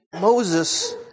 Moses